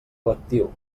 electiu